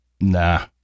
Nah